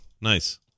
nice